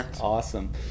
Awesome